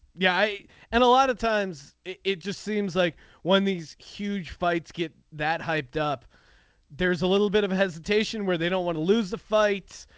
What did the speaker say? yeah. i and a lot of times it just seems like when these huge fights get that hyped up there's a little bit of hesitation where they don't want to lose the fights.